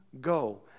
go